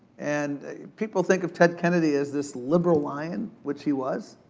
and people think of ted kennedy as this liberal lion, which he was.